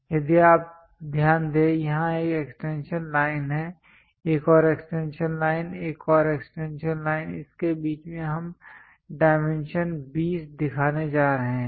यदि आप ध्यान दें यहाँ एक एक्सटेंशन लाइन है एक और एक्सटेंशन लाइन है एक और एक्सटेंशन लाइन है इसके बीच में हम डायमेंशन 20 दिखाने जा रहे हैं